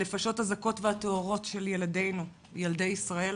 הנפשות הזכות והטהורות של ילדינו, ילדי ישראל.